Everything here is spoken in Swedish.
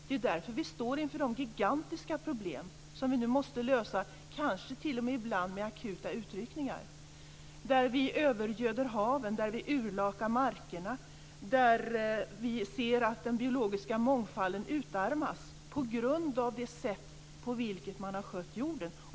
Det är ju därför som vi står inför de gigantiska problem som vi nu måste lösa, ibland kanske t.o.m. med akuta utryckningar. Vi övergöder haven, vi urlakar markerna, vi ser att den biologiska mångfalden utarmas på grund av det sätt på vilket man har skött jorden.